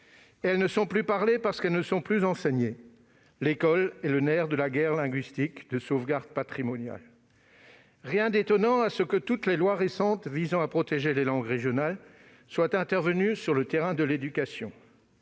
Elles ne sont plus parlées parce qu'elles ne sont plus enseignées : l'école est le nerf de la guerre linguistique de sauvegarde patrimoniale. Rien d'étonnant à ce que toutes les lois récentes visant à protéger les langues régionales soient intervenues sur le terrain de l'éducation